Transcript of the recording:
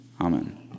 Amen